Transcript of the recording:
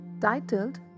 titled